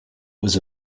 was